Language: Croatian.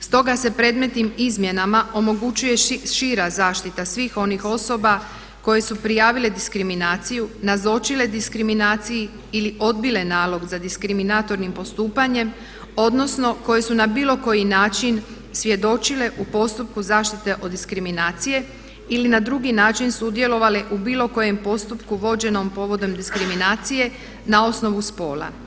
stoga se predmetnim izmjenama omogućuje šira zaštita svih onih osoba koje su prijavile diskriminaciju, nazočile diskriminaciji ili odbile nalog za diskriminatornim postupanjem odnosno koje su na bilo koji način svjedočile u postupku zaštite od diskriminacije ili na drugi način sudjelovale u bilo kojem postupku vođenom povodom diskriminacije na osnovu spola.